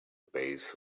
base